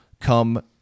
come